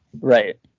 Right